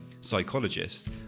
psychologist